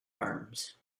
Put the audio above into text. arms